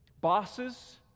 bosses